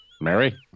Mary